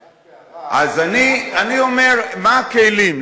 רק הערה אז אני אומר: מה הכלים?